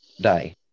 die